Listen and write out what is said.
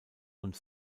und